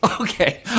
Okay